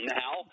now